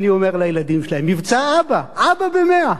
אני אומר לילדים שלי, מבצע אבא, "אבא במאה".